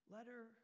Letter